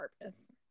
purpose